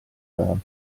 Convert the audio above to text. taha